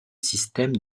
système